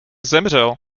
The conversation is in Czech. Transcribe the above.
zemřel